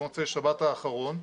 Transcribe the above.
במוצאי שבת האחרון,